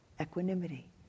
equanimity